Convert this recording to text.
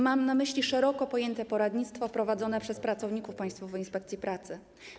Mam na myśli szeroko pojęte poradnictwo prowadzone przez pracowników Państwowej Inspekcji Pracy.